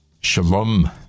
Shalom